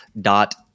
dot